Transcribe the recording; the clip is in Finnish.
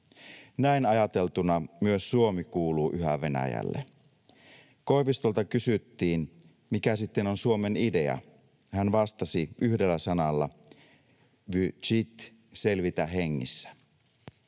Näin ajateltuna myös Suomi kuuluu yhä Venäjälle.” Koivistolta kysyttiin, mikä sitten on Suomen idea. Hän vastasi yhdellä sanalla: ”vyžit”, selvitä hengissä.